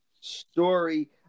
story